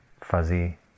fuzzy